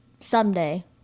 someday